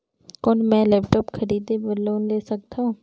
कौन मैं लेपटॉप खरीदे बर लोन ले सकथव?